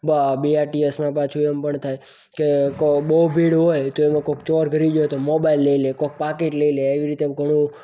બીઆરટીએસમાં પાછું એમ પણ થાય કે બહુ ભીડ હોય તો એમાં કોઈક ચોર ગરી ગયો હોય તો મોબાઈલ લઇ લે કોઈક પાકીટ લઈ લે એવી રીતે એવું ઘણું